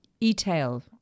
e-tail